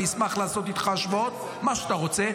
אני אשמח לעשות איתך השוואות, במה שאתה רוצה.